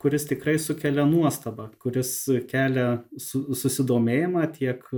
kuris tikrai sukelia nuostabą kuris kelia su susidomėjimą tiek